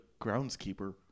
groundskeeper